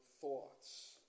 thoughts